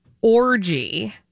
orgy